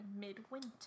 midwinter